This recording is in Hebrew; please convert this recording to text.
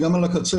אלא על התוכנה,